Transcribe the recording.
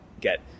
get